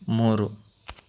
ಮೂರು